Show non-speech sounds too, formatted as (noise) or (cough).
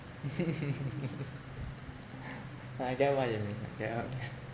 (laughs) uh I get what you mean yeah (laughs)